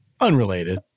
unrelated